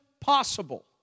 possible